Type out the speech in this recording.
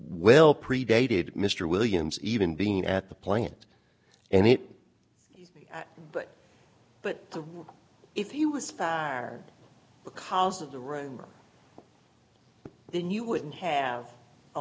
well predated mr williams even being at the plant and it but but if you was far because of the rumor then you wouldn't have a